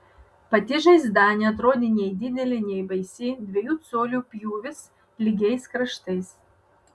pati žaizda neatrodė nei didelė nei baisi dviejų colių pjūvis lygiais kraštais